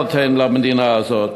שום בעיות אין למדינה הזאת,